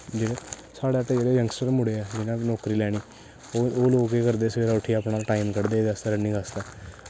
जेह्ड़े साढ़े ते जेह्ड़े यंगस्ट मुड़े ऐ जिनें नौकरी लैनी ह् ओह् लोक केह् करदे सवेरै उट्ठियै अपना टाईम कड्ढदे एह्दे आस्तै रनिंग आस्तै